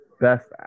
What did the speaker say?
Best